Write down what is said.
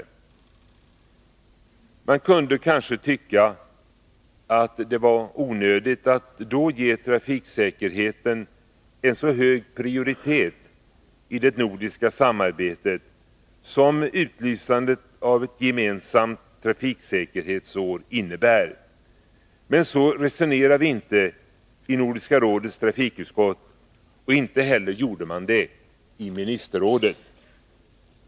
Man kunde kanske tycka att det var onödigt att då ge trafiksäkerheten en så hög prioritet i det nordiska samarbetet som utlysandet av ett gemensamt trafiksäkerhetsår innebär. Men så resonerade vi inte i Nordiska rådets trafikutskott, och inte heller gjorde man det i ministerrådet.